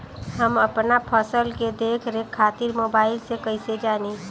हम अपना फसल के देख रेख खातिर मोबाइल से कइसे जानी?